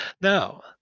Now